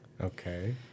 okay